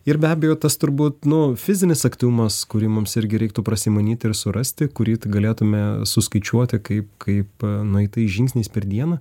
ir be abejo tas turbūt nu fizinis aktyvumas kurį mums irgi reiktų prasimanyt ir surasti kurį galėtume suskaičiuoti kaip kaip nueitais žingsniais per dieną